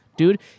Dude